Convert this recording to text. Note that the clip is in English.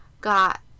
got